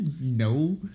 No